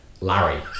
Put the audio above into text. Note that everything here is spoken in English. Larry